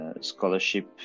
scholarship